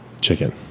chicken